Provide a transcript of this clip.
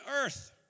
earth